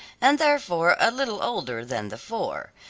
and therefore a little older than the four.